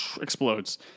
Explodes